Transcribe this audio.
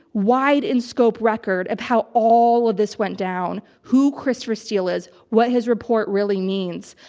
wide-in-scope record of how all of this went down, who christopher steele is, what his report really means,